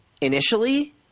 initially